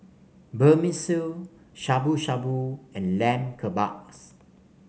Vermicelli Shabu Shabu and Lamb Kebabs